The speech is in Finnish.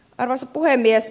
arvoisa puhemies